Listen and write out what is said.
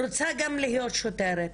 רוצה גם להיות שוטרת.